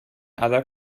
other